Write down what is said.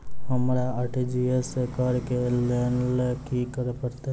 हमरा आर.टी.जी.एस करऽ केँ लेल की करऽ पड़तै?